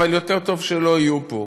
אבל יותר טוב שלא יהיו פה.